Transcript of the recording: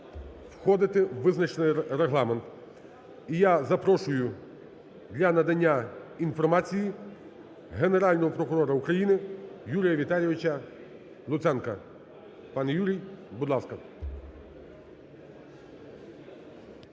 входити в визначений регламент. І я запрошую для надання інформації Генерального прокурора України Юрія Віталійовича Луценка. Пане Юрій, будь ласка.